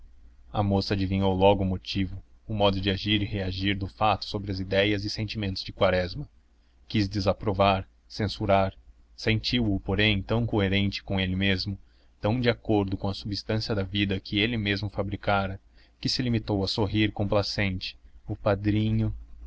a moça adivinhou logo o motivo o modo de agir e reagir de fato sobre as idéias e sentimentos de quaresma quis desaprovar censurar sentiu o porém tão coerente com ele mesmo tão de acordo com a substância da vida que ele mesmo fabricara que se limitou a sorrir complacente o padrinho